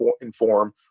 inform